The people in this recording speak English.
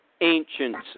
ancients